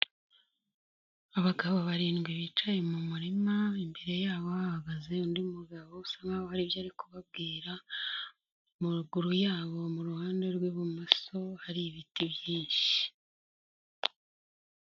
Abagabo barindwi bicaye mu murima, imbere yabo bahagaze undi mugabo usa nkaho haribyo kubabwira, ruguru yabo mu ruhande rw'ibumoso, hari ibiti byinshi.